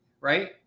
right